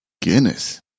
Guinness